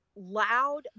loud